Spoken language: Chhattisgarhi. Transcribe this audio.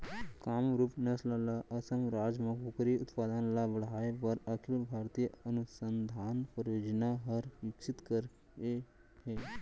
कामरूप नसल ल असम राज म कुकरी उत्पादन ल बढ़ाए बर अखिल भारतीय अनुसंधान परियोजना हर विकसित करे हे